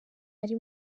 ari